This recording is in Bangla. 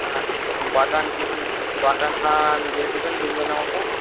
হ্যাঁ বাটার বাটার নান দিয়ে দেবেন তিনজনের মতন